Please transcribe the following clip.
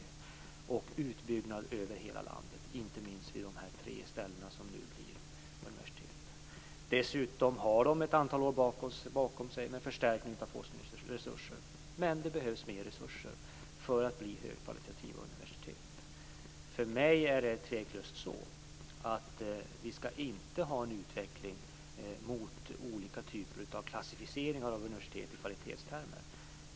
Det är en utbyggnad över hela landet - inte minst vid de tre ställen som nu blir universitet. Dessutom har dessa ett antal år bakom sig med förstärkning av forskningsresurser. Men det behövs mer resurser för att de skall bli högkvalitativa universitet. För mig är det tveklöst så att vi inte skall ha en utveckling mot olika typer av klassificeringar av universitet i kvalitetstermer.